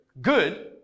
good